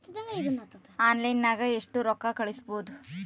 ಆನ್ಲೈನ್ನಾಗ ಎಷ್ಟು ರೊಕ್ಕ ಕಳಿಸ್ಬೋದು